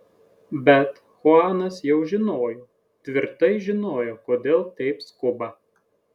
bet chuanas jau žinojo tvirtai žinojo kodėl taip skuba